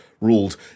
ruled